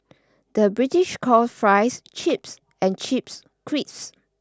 the British calls fries chips and chips crisps